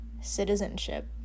citizenship